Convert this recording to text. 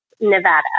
Nevada